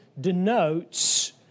denotes